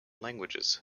languages